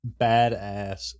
badass